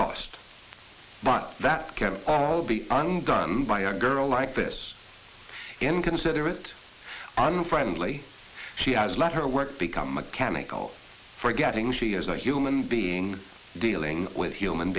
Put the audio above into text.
cost but that can all be undone by a girl like this inconsiderate unfriendly she has let her work become mechanical forgetting she is a human being dealing with human